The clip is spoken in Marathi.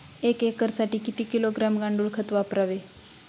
एक एकरसाठी किती किलोग्रॅम गांडूळ खत वापरावे?